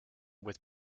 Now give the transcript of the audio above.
with